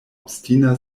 obstina